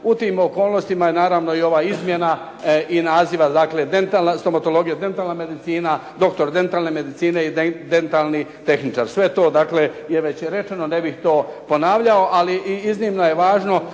u tim okolnostima i ova izmjena i naziva dentalna stomatologija, doktor dentalne medicine i dentalni tehničar. Sve je to rečeno ne bih ponavljao ali iznimno je važno